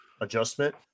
adjustment